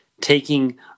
taking